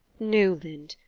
newland,